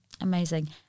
Amazing